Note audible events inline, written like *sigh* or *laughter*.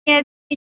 *unintelligible*